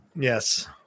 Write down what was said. Yes